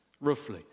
roughly